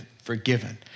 Forgiven